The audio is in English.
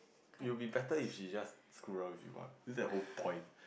it will be better if she just screw up with you ah this is the whole point